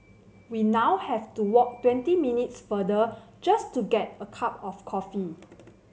we now have to walk twenty minutes farther just to get a cup of coffee